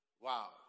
Wow